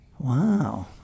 Wow